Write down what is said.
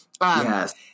Yes